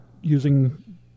using